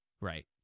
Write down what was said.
Right